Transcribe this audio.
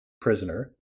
prisoner